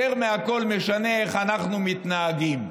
יותר מכול משנה איך אנחנו מתנהגים.